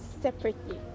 separately